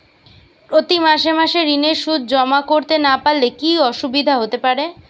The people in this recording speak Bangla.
প্রতি মাসে মাসে ঋণের সুদ জমা করতে না পারলে কি অসুবিধা হতে পারে?